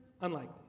Unlikely